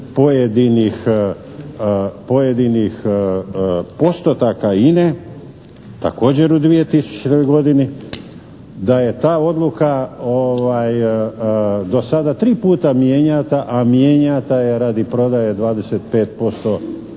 pojedinih postotaka INA-e također u 2002. godini, da je ta odluka do sada tri puta mjenjata, a mjenjata je radi prodaje 25%